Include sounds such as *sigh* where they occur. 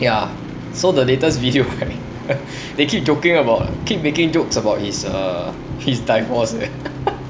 ya so the latest video right *laughs* they keep joking about keep making jokes about his uh his divorce eh *laughs*